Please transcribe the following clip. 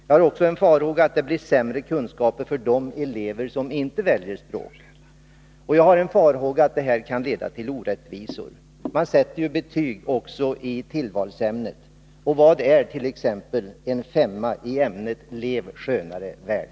Jag har också farhågor för att resultatet blir sämre kunskaper för de elever som inte väljer språk och att systemet kan leda till orättvisor. Man sätter ju betyg också i tillvalsämnen, och vad är t.ex. en femma i ämnet ”Lev skönare” värd?